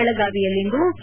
ಬೆಳಗಾವಿಯಲ್ಲಿಂದು ಕೆ